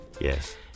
Yes